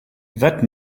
vingt